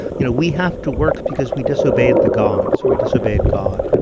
you know, we have to work because we disobeyed the gods or we disobeyed god, you know.